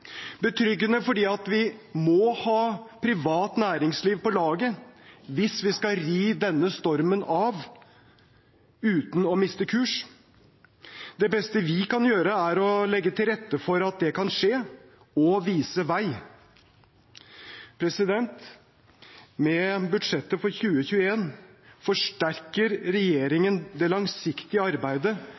betryggende fordi vi må ha med privat næringsliv på laget hvis vi skal ri denne stormen av uten å miste kurs. Det beste vi kan gjøre, er å legge til rette for at det kan skje – og vise vei. Med budsjettet for 2021 forsterker regjeringen det langsiktige arbeidet